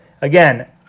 Again